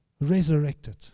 resurrected